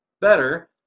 better